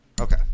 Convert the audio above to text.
Okay